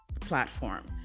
platform